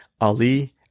ali